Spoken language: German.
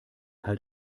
halt